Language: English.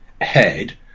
head